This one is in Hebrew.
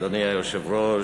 אדוני היושב-ראש,